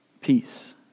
peace